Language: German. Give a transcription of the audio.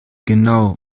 genau